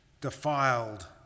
defiled